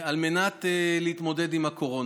על מנת להתמודד עם הקורונה.